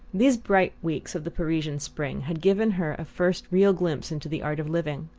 these bright weeks of the parisian spring had given her a first real glimpse into the art of living.